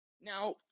Now